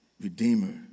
Redeemer